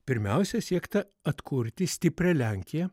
pirmiausia siekta atkurti stiprią lenkiją